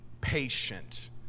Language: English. patient